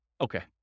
Okay